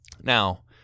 Now